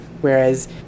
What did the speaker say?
whereas